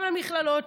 גם למכללות,